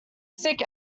sick